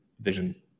vision